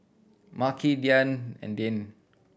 Makhi Diann and Deane